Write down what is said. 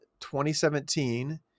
2017